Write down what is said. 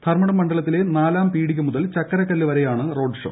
ധർമ്മട് ് മണ്ഡലത്തിലെ നാലാം പീടിക മുതൽ ചക്കരക്കല്ല് വരെയാണ്ട് ് റോഡ് ഷോ